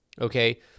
okay